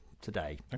today